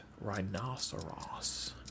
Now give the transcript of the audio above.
Rhinoceros